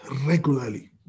regularly